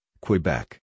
Quebec